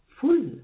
full